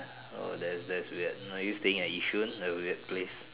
oh that's that's weird no you staying at Yishun that weird place